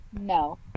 no